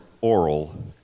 oral